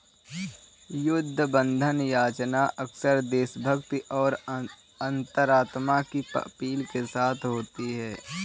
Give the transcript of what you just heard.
युद्ध बंधन याचना अक्सर देशभक्ति और अंतरात्मा की अपील के साथ होती है